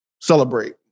celebrate